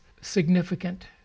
significant